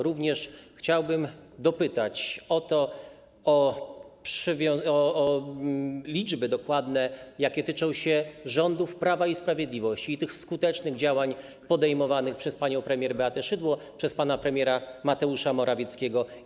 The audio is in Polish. Również chciałbym dopytać o dokładne liczby, jakie tyczą się rządów Prawa i Sprawiedliwości i tych skutecznych działań podejmowanych przez panią premier Beatę Szydło, przez pana premiera Mateusza Morawieckiego.